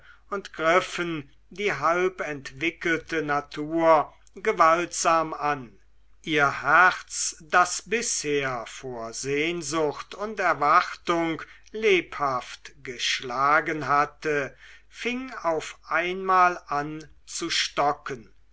und griffen die halbentwickelte natur gewaltsam an ihr herz das bisher vor sehnsucht und erwartung lebhaft geschlagen hatte fing auf einmal an zu stocken